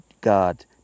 God